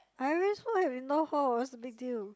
I always was a big deal